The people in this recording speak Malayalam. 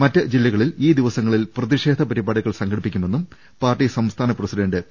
മറ്റ് ജില്ലകളിൽ ഈ ദിവസങ്ങ ളിൽ പ്രതിഷേധ പരിപാടികൾ സംഘടിപ്പിക്കുമെന്നും പാർട്ടി സംസ്ഥാന പ്രസിഡന്റ് പി